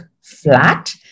flat